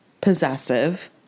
possessive